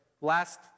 last